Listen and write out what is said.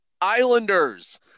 Islanders